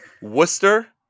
Worcester